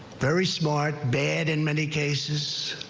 very smart bed in many cases,